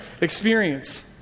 experience